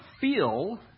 feel